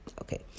Okay